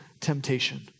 temptation